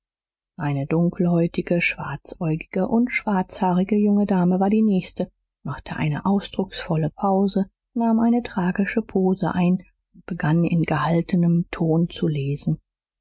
eine dunkelhäutige schwarzäugige und schwarzhaarige junge dame war die nächste machte eine ausdrucksvolle pause nahm eine tragische pose ein und begann in gehaltenem ton zu lesen